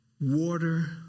water